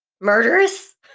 murderous